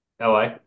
LA